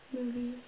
movie